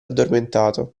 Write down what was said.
addormentato